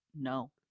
no